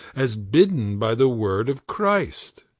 as bidden by the word of christ.